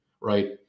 right